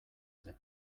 ere